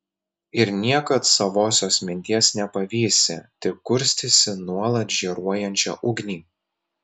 ir niekad savosios minties nepavysi tik kurstysi nuolat žėruojančią ugnį